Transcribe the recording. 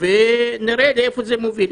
ונראה לאיפה זה מוביל.